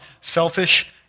selfish